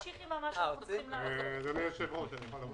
כשאנחנו מסתכלים על המספרים --- זה לא נגדכם או בעדכם.